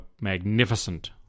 magnificent